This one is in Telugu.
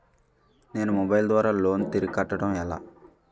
నేను మొబైల్ ద్వారా లోన్ తిరిగి కట్టడం ఎలా?